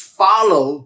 follow